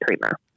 creamer